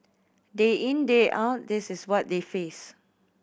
day in day out this is what they face